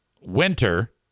winter